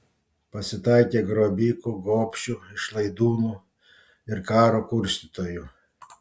pasitaikė grobikų gobšių išlaidūnų ir karo kurstytojų